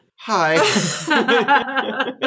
Hi